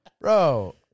Bro